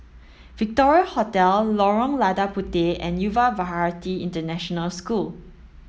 Victoria Hotel Lorong Lada Puteh and Yuva Bharati International School